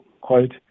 quote